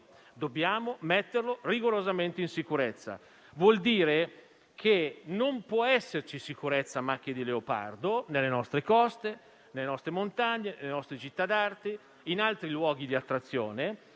dobbiamo mettere rigorosamente in sicurezza il turismo. Ciò vuol dire che non può esserci sicurezza a macchia di leopardo sulle nostre coste, sulle nostre montagne, nelle nostre città d'arte e in altri luoghi di attrazione.